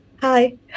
Hi